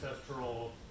ancestral